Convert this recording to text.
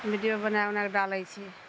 video बना बनाके डालै छै